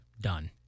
done